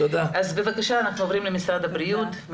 בבקשה אנחנו עוברים למשרד הבריאות.